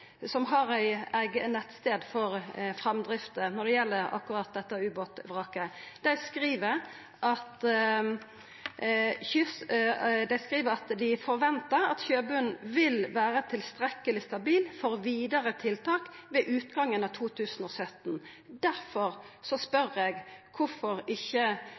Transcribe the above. som har ein eigen nettstad for framdrifta når det gjeld akkurat dette ubåtvraket, skriv at dei forventar «at sjøbunnen vil være tilstrekkelig stabil for videre tiltak ved utgangen av 2017». Dirfor spør eg kvifor ikkje